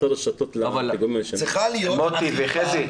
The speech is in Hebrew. מוטי וחזי,